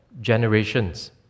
generations